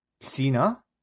cena